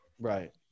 Right